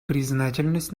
признательность